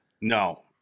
No